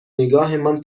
نگاهمان